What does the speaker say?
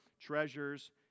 treasures